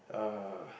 uh